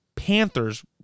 Panthers